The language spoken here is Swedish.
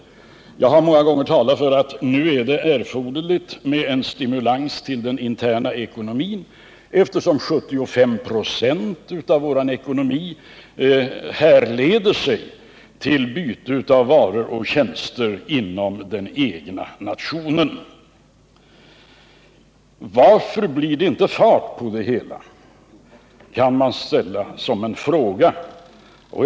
Den frågan kan man ställa. Jag har många gånger talat för att det nu är erforderligt med stimulans till den interna ekonomin, eftersom 75 26 av vår ekonomi härleder sig till byte av varor och tjänster inom den egna nationen. Varför blir det inte fart på det hela, kan man fråga sig.